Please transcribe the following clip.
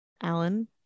Alan